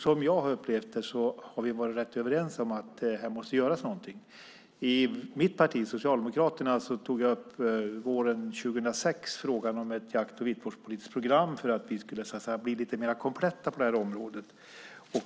Som jag har upplevt det har vi varit rätt överens om att något måste göras. I Socialdemokraterna tog jag våren 2006 upp frågan om ett jakt och viltvårdspolitiskt program för att vi skulle bli lite mer kompletta på detta område.